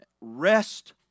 rest